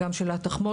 גם של התחמושת,